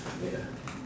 wait ah